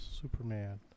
Superman